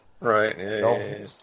Right